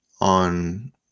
on